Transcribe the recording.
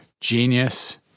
genius